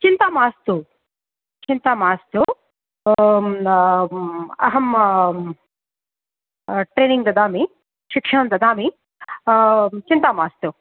चिन्ता मास्तु चिन्ता मास्तु अहम् ट्रेनिङ्ग ददामि शिक्षां ददामि चिन्ता मास्तु